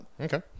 okay